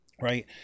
Right